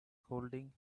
holding